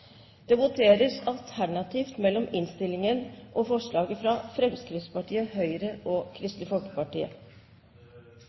Det voteres alternativt mellom dette forslaget og innstillingen fra komiteen. President! Høyre